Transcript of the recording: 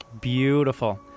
beautiful